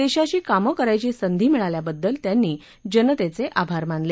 देशाची कामं करायची संधी मिळाल्याबद्दल त्यांनी जनतेचे आभार मानले